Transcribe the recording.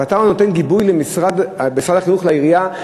אתה נותן גיבוי ממשרד החינוך לעירייה,